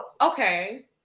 okay